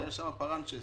היו שם פרנצ'עס,